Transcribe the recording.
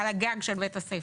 על הגג של בית הספר.